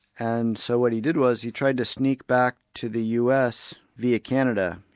and so what he did was, he tried to sneak back to the us via canada.